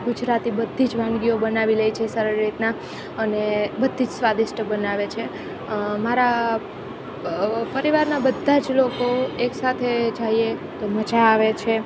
ગુજરાતી બધી જ વાનગીઓ બનાવી લે છે સરળ રીતના અને બધી જ સ્વાદિષ્ટ બનાવે છે મારા પરિવારના બધા જ લોકો એકસાથે જાઈએ તો મઝા આવે છે